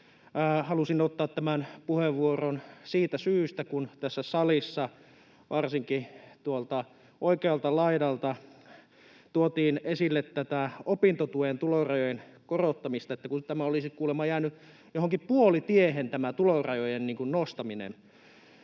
halusin ottaa tämän puheenvuoron siitä syystä, kun tässä salissa varsinkin tuolta oikealta laidalta tuotiin esille tätä opintotuen tulorajojen korottamista, että tämä tulorajojen nostaminen olisi kuulemma jäänyt johonkin puolitiehen. No, nythän tämä tulorajojen nostaminen